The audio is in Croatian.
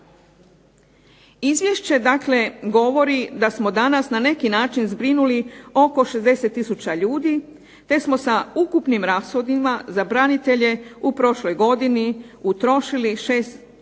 Izvješće dakle, govori, da smo danas na neki način zbrinuli oko 60 tisuća ljudi te smo sa ukupnim rashodima za branitelje u prošloj godini utrošili 6,3